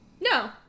no